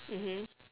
mmhmm